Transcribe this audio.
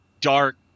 dark